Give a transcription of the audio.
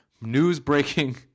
news-breaking